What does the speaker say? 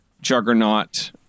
juggernaut